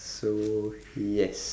so yes